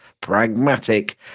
pragmatic